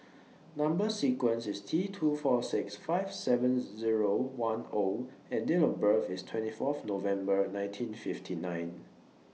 Number sequence IS T two four six five seven Zero one O and Date of birth IS twenty Fourth November nineteen fifty nine